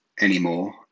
anymore